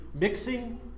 mixing